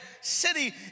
city